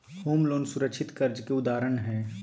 home loan सुरक्षित कर्ज के उदाहरण हय